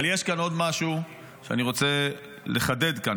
אבל יש כאן עוד משהו שאני רוצה לחדד כאן.